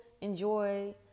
enjoy